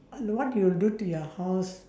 uh what do you do to your house